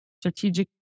strategic